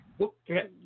Okay